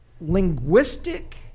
linguistic